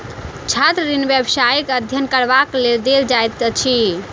छात्र ऋण व्यवसायिक अध्ययन करबाक लेल देल जाइत अछि